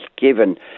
given